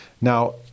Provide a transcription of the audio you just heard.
Now